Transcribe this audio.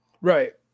right